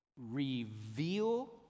reveal